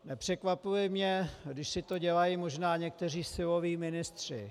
Nepřekvapuje mě, když si to dělají možná někteří siloví ministři.